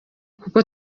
kuko